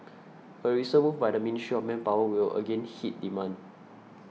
a recent move by the Ministry of Manpower will again hit demand